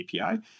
API